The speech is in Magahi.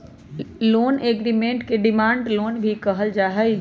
लोन एग्रीमेंट के डिमांड लोन भी कहल जा हई